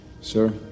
sir